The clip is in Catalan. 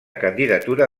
candidatura